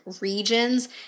regions